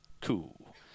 cool